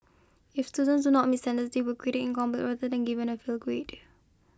if students do not meet standards they were graded incomplete rather than given an fail grade